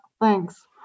thanks